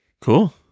Cool